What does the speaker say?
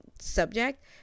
subject